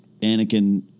Anakin